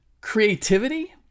creativity